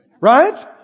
Right